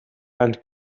and